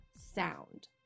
sound